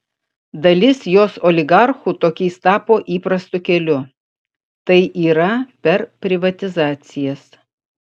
dalis jos oligarchų tokiais tapo įprastu keliu tai yra per privatizacijas